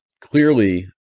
clearly